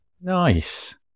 Nice